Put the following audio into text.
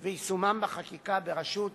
ויישומם בחקיקה, בראשות